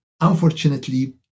Unfortunately